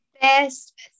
best